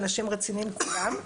אנשים רציניים כולם,